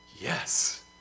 yes